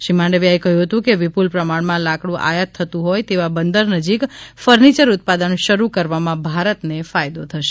શ્રી માંડવીયાએ કહ્યું હતું કે વિપુલ પ્રમાણમાં લાકડ઼ આયાત થતું હોય તેવા બંદર નજીક ફર્નિચર ઉત્પાદન શરૂ કરવામાં ભારતને ફાયદો છે